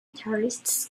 tourists